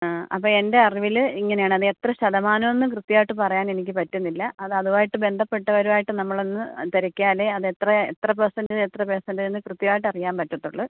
അപ്പോൾ എൻ്റെ അറിവില് ഇങ്ങനെയാണ് അതെത്ര ശതമാനമെന്നു കൃത്യമായിട്ട് പറയാനെനിക്ക് പറ്റുന്നില്ല അതതുവായിട്ട് ബന്ധപ്പെട്ടവരുമായിട്ട് നമ്മളൊന്ന് തിരക്കിയാലേ അതെത്ര എത്ര പേഴ്സൻ്റെജ് എത്ര പേഴ്സൻ്റെജ് എന്ന് കൃത്യമായിട്ട് അറിയാൻ പറ്റത്തുള്ളൂ